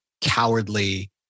cowardly